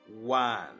One